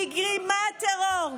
היא גרימת טרור,